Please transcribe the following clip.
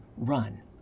run